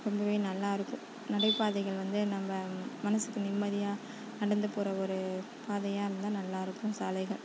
ரொம்பவே நல்லாயிருக்கும் நடைபாதைகள் வந்து நம்ம மனசுக்கு நிம்மதியாக நடந்து போகிற ஒரு பாதையாக இருந்தால் நல்லாயிருக்கும் சாலைகள்